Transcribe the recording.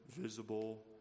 visible